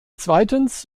zweitens